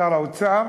שר האוצר,